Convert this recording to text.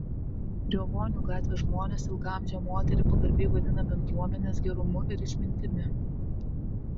riovonių gatvės žmonės ilgaamžę moterį pagarbiai vadina bendruomenės gerumu ir išmintimi